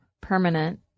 permanent